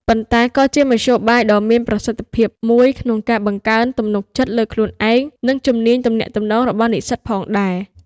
ប៉ុន្តែក៏ជាមធ្យោបាយដ៏មានប្រសិទ្ធភាពមួយក្នុងការបង្កើនទំនុកចិត្តលើខ្លួនឯង និងជំនាញទំនាក់ទំនងរបស់និស្សិតផងដែរ។